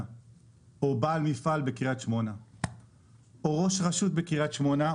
בעל מפעל או ראש רשות בקריית שמונה,